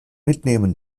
mitnehmen